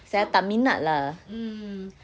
saya tak minat lah